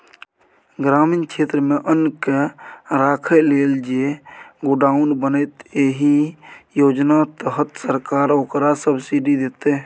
ग्रामीण क्षेत्रमे अन्नकेँ राखय लेल जे गोडाउन बनेतै एहि योजना तहत सरकार ओकरा सब्सिडी दैतै